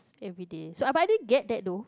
everyday so but I didn't get that though